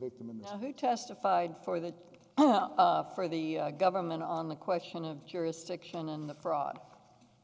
victim in that he testified for the now for the government on the question of jurisdiction and the fraud